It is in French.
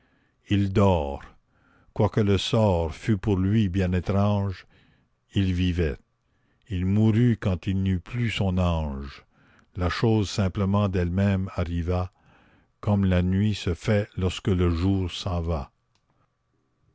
il dort quoique le sort fût pour lui bien étrange il vivait il mourut quand il n'eut plus son ange la chose simplement d'elle-même arriva comme la nuit se fait lorsque le jour s'en va